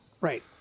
right